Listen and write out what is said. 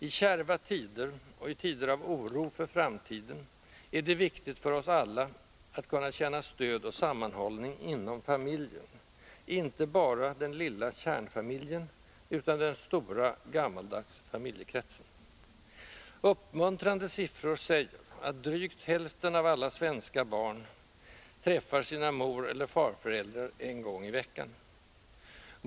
I kärva tider — och i tider av oro för framtiden — är det viktigt för oss alla att kunna känna stöd och sammanhållning inom familjen, inte bara den lilla ”kärnfamiljen”, utan den stora, gammaldags familjekretsen. Uppmuntrande siffror säger att drygt hälften av alla svenska barn träffar sina moreller farföräldrar minst en gång i veckan.